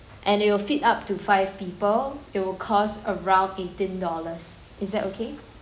and it will feed up to five people it will cost around eighteen dollars is that okay